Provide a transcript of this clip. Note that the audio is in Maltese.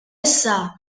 issa